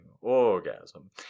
orgasm